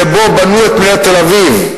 שבה בנו את מדינת תל-אביב,